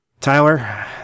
Tyler